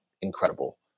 incredible